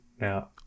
now